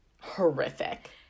horrific